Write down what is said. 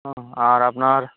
হুম আর আপনার